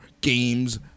games